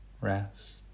rest